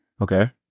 Okay